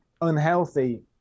unhealthy